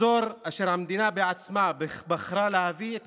אזור אשר המדינה בעצמה בחרה להביא את